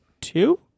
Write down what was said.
two